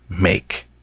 make